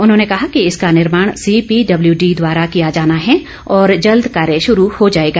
उन्होंने कहा कि इसका निर्माण सीपीडब्ल्यूडी द्वारा किया जाना है और जल्द कार्य शुरू हो जाएगा